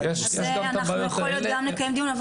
אני